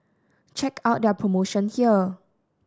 check out their promotion here